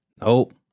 Nope